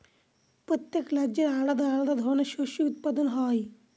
প্রত্যেক রাজ্যে আলাদা আলাদা ধরনের শস্য উৎপাদন হয়